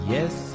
Yes